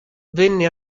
venne